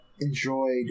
enjoyed